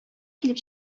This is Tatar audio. килеп